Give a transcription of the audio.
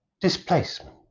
Displacement